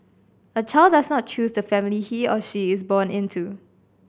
a child does not choose the family he or she is born into